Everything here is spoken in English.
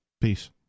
Peace